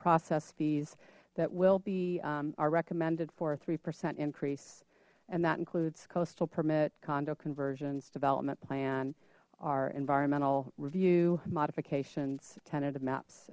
process fees that will be are recommended for a three percent increase and that includes coastal permit condo conversions development plan or environmental review modifications tentative maps